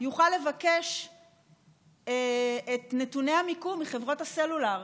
יוכל לבקש את נתוני המיקום מחברות הסלולר.